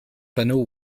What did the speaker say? panneaux